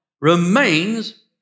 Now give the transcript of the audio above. remains